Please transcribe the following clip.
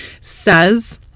says